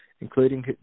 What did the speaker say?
including